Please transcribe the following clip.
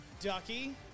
ducky